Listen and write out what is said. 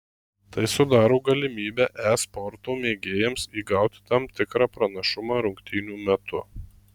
tai sudaro galimybę e sporto mėgėjams įgauti tam tikrą pranašumą rungtynių metu